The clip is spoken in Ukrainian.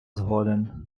згоден